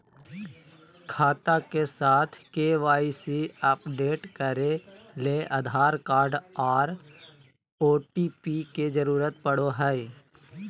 खाता के साथ के.वाई.सी अपडेट करे ले आधार कार्ड आर ओ.टी.पी के जरूरत पड़ो हय